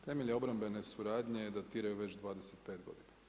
Temelji obrambene suradnje adaptiraju već 25 godine.